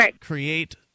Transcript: create